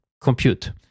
compute